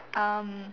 um